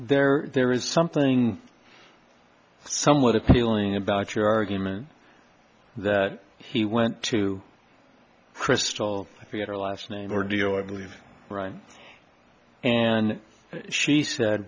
there there is something somewhat appealing about your argument that he went to crystal i forgot her last name or do your believe and she said